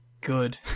good